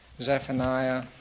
Zephaniah